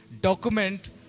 document